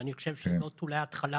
ואני חושב שזאת אולי התחלה